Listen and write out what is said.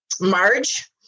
Marge